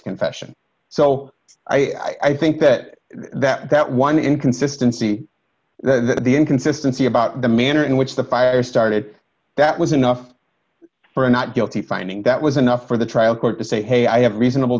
confession so i think that that one inconsistency that the inconsistency about the manner in which the fire started that was enough for a not guilty finding that was enough for the trial court to say hey i have reasonable